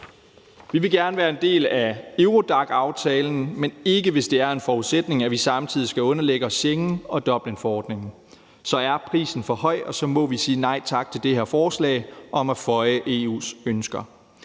Vi vil gerne være en del af Eurodac-aftalen, men ikke, hvis det er en forudsætning, at vi samtidig skal underlægge os Schengen og Dublinforordningen. Så er prisen for høj, og så må vi sige nej tak til det her forslag om at føje EU's ønsker.